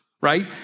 right